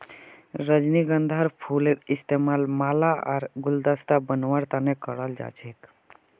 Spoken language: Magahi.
रजनीगंधार फूलेर इस्तमाल माला आर गुलदस्ता बनव्वार तने कराल जा छेक